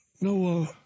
no